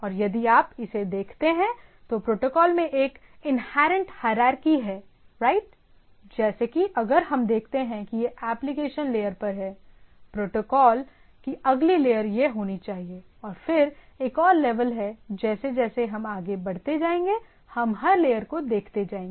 और यदि आप इसे देखते हैं तो प्रोटोकॉल में एक इन्हेरेंट हायरारकी है राइट जैसे कि अगर हम देखते हैं कि ये एप्लीकेशन लेयर पर हैं प्रोटोकॉल की अगली लेयर यह होनी चाहिए और फिर एक और लेवल है जैसे जैसे हम आगे बढ़ते जाएंगे हम हर लेयर को देखते जाएंगे